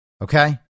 Okay